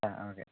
ആ ഓക്കേ